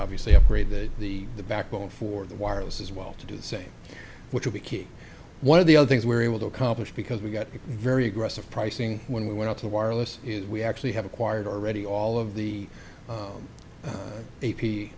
obviously upgrade the the the backbone for the wireless as well to do the same which we keep one of the other things we're able to accomplish because we've got a very aggressive pricing when we went out to wireless is we actually have acquired already all of the